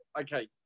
Okay